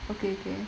okay okay